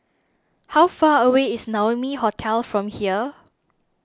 how far away is Naumi Hotel from here